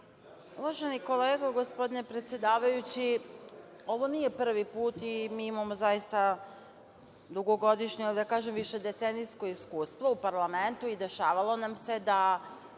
Uvaženi kolega gospodine predsedavajući, ovo nije prvi put i mi imamo zaista dugogodišnje, da kažem višedecenijsko iskustvo u parlamentu i dešavalo nam se da